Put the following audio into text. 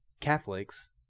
Catholics